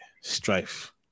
strife